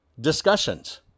discussions